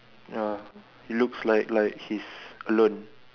ya he looks like like he's alone